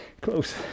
close